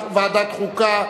לוועדת החוקה?